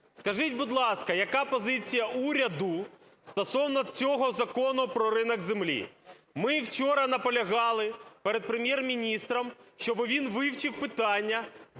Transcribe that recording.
Скажіть, будь ласка, яка позиція уряду стосовно цього Закону про ринок землі? Ми вчора наполягали перед Прем'єр-міністром, щоб він вивчив питання,